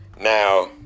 now